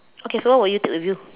okay so what will you take with you